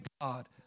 God